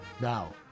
Now